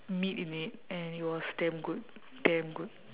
meat in it and it was damn good damn good